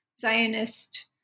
Zionist